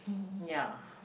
ya